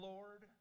Lord